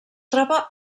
troba